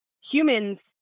humans